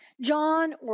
John